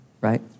Right